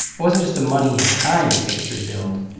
it wasn't just the money and time it takes to rebuild.